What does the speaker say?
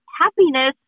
happiness